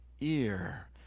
ear